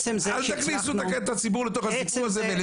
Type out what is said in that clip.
אל תכניסו את הציבור לתוך הסיפור הזה.